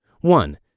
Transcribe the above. One